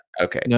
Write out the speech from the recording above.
Okay